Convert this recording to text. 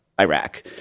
iraq